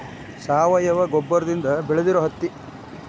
ಸಾವಯುವ ಗೊಬ್ಬರದಿಂದ ಬೆಳದಿರು ಹತ್ತಿ